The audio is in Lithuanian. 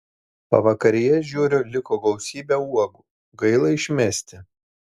pavakaryje žiūriu liko gausybė uogų gaila išmesti